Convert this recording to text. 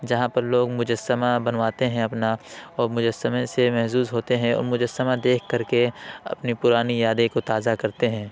جہاں پر لوگ مجسمہ بنواتے ہیں اپنا اور مجسمے سے محظوظ ہوتے ہیں اور مجسمہ دیکھ کر کے اپنی پرانی یادیں کو تازہ کرتے ہیں